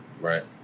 right